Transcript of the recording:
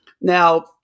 Now